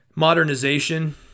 modernization